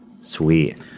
sweet